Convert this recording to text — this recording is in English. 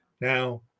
Now